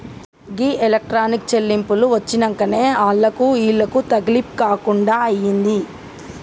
గీ electronic చెల్లింపులు వచ్చినంకనే ఆళ్లకు ఈళ్లకు తకిలీబ్ గాకుంటయింది